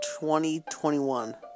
2021